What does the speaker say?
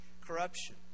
corruption